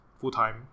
full-time